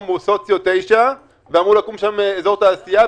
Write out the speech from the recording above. הוא סוציו 9 ואמור לקום שם אזור תעשייה.